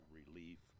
relief